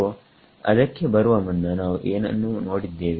ಸೋಅದಕ್ಕೆ ಬರುವ ಮುನ್ನ ನಾವು ಏನನ್ನು ನೋಡಿದ್ದೇವೆ